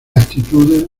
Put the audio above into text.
actitudes